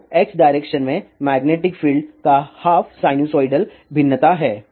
तो x direction में magnetic field का हाफ साइनसोइडल भिन्नता है